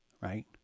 right